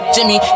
Jimmy